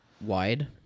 wide